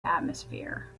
atmosphere